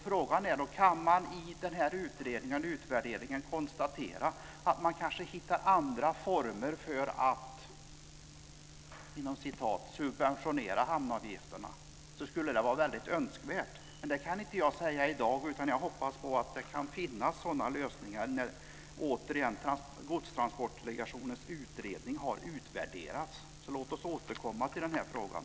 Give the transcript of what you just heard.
Frågan är då: Kan man i den här utredningen och utvärderingen konstatera att man kanske hittar andra former för att så att säga subventionera hamnavgifterna? Det skulle vara väldigt önskvärt. Men det kan inte jag säga i dag, utan jag hoppas på att det kan finnas sådana lösningar när Godstransportdelegationens utredning har utvärderats. Så låt oss återkomma till den här frågan!